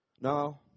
No